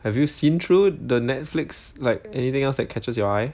have you seen through the Netflix like anything else that catches your eye